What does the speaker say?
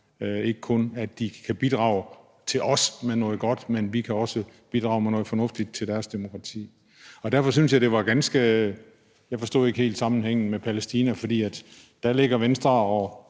Ikke kun at de kan bidrage til os med noget godt; vi kan også bidrage med noget fornuftigt til deres demokrati. Jeg forstod ikke helt sammenhængen med Palæstina, for der ligger Venstre og